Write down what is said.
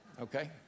Okay